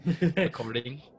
recording